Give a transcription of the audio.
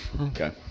Okay